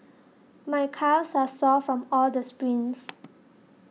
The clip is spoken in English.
my calves are sore from all the sprints